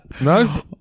No